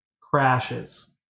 Crashes